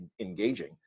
engaging